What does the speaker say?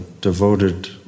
devoted